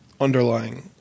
underlying